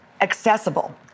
accessible